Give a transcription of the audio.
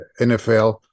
NFL